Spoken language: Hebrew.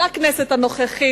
בכנסת הנוכחית,